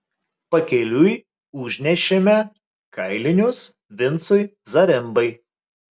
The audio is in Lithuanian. pakeliui užnešėme kailinius vincui zarembai